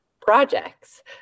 projects